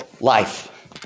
Life